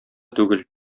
түгел